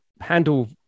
handle